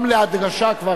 גם להדגשה כבר,